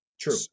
True